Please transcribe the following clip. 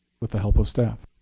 with the help of staff.